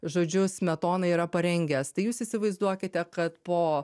žodžiu smetonai yra parengęs tai jūs įsivaizduokite kad po